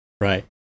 right